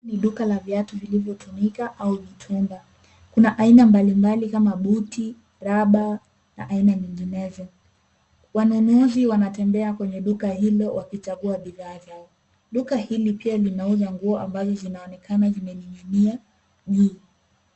Ni duka la viatu vilivyotumika au mitumba .Kuna aina mbalimbali kama buti, raba na aina nyinginezo. Wanunuzi wanatembea kwenye duka hilo wakichagua bidhaa zao. Duka hili pia linauza nguo ambazo zinaonekana zimeninginia juu.